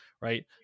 right